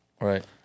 Right